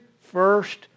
first